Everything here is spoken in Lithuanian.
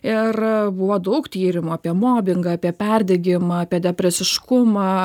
ir buvo daug tyrimų apie mobingą apie perdegimą apie depresiškumą